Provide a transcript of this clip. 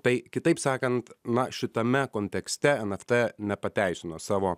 tai kitaip sakant na šitame kontekste nft nepateisino savo